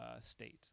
state